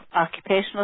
occupational